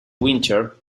winter